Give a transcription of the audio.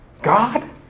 God